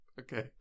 Okay